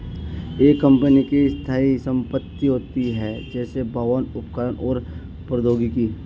एक कंपनी की स्थायी संपत्ति होती हैं, जैसे भवन, उपकरण और प्रौद्योगिकी